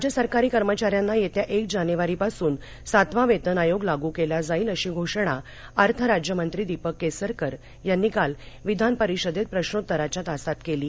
राज्य सरकारी कर्मचाऱ्यांना येत्या एक जानेवारीपासून सातवा वेतन आयोग लागू केला जाईल अशी घोषणा अर्थ राज्यमंत्री दीपक केसरकर यांनी काल विधानपरिषदेत प्रश्नोत्तराच्या तासात केली